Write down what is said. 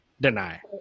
deny